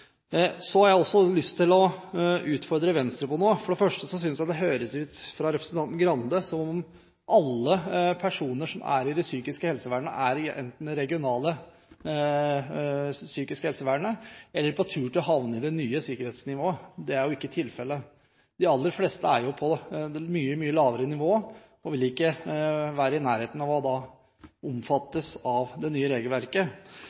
Så har jeg også lyst til å utfordre Venstre på noe. For det første synes jeg det høres ut på representanten Skei Grande som om alle personer som er i det psykiske helsevernet, enten er i det regionale psykiske helsevernet eller på tur til å havne på det nye sikkerhetsnivået. Det er jo ikke tilfellet. De aller fleste er på et mye, mye lavere nivå og vil ikke være i nærheten av å bli omfattet av det nye regelverket.